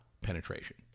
penetration